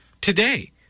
today